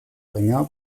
ringer